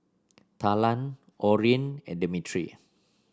Talan Orrin and Demetri